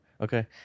okay